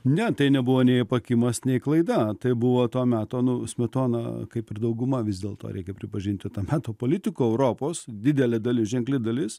ne tai nebuvo nei apakimas nei klaida tai buvo to meto nu smetona kaip ir dauguma vis dėlto reikia pripažinti to meto politikų europos didelė dalis ženkli dalis